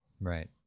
Right